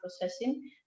processing